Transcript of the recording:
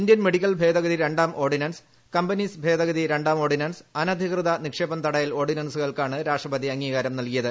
Indian medical ഭേദഗതി ര ാം ഓർഡിനൻസ് കമ്പനീസ് ഭേദഗതി ര ാം ഓർഡിനൻസ് അനധികൃത നിക്ഷേപം തടയൽ ഓർഡിനൻസുകൾക്കാണ് രാഷ്ട്രപതി അംഗീകാരം നൽകിയത്